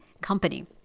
company